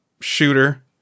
shooter